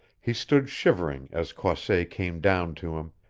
he stood shivering as croisset came down to him,